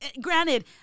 Granted